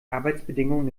arbeitsbedingungen